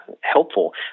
helpful